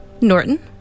Norton